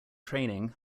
training